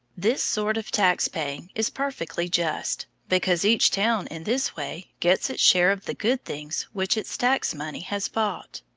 this sort of tax paying is perfectly just because each town in this way gets its share of the good things which its tax money has bought.